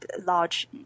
large